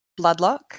Bloodlock